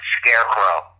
Scarecrow